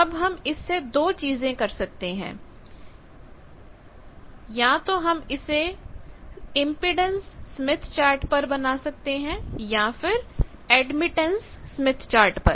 अब हम इससे दो चीजें कर सकते हैं या तो हम इसे इंपेडेंस स्मिथ चार्ट पर बना सकते हैं या फिर एडमिटेंस स्मिथ चार्ट पर